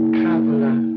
traveler